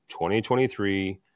2023